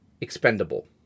expendable